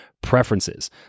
preferences